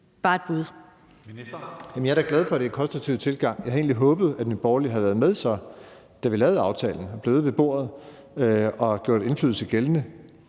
jeg er da glad for den konstruktive tilgang. Jeg havde egentlig håbet, at Nye Borgerlige så havde været med, da vi lavede aftalen, og var blevet ved bordet og havde gjort deres indflydelse gældende.